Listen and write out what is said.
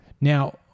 Now